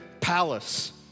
palace